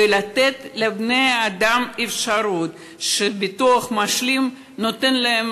ולתת לבני-אדם אפשרות שהביטוח המשלים ייתן להם